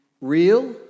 real